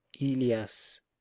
Ilias